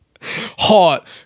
Hot